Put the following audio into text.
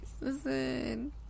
listen